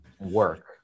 work